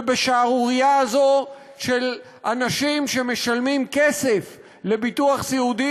ובשערורייה הזאת של אנשים שמשלמים כסף לביטוח סיעודי